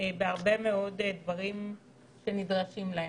בהרבה מאוד דברים שנדרשים להם.